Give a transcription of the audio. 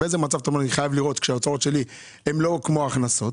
באיזה מצב אתה אומר: אני חייב לראות שההוצאות שלי הן לא כמו ההכנסות?